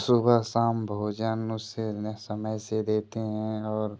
सुबह शाम भोजन उसे ने समय से देते हैं और